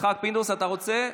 יצחק פינדרוס, אתה רוצה?